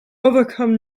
overcome